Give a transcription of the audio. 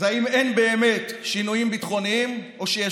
היא אם אין באמת שינויים ביטחוניים או שיש